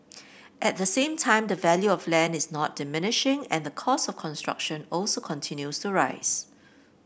at the same time the value of land is not diminishing and the cost of construction also continues to rise